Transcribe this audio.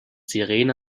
sirene